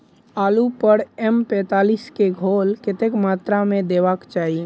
आलु पर एम पैंतालीस केँ घोल कतेक मात्रा मे देबाक चाहि?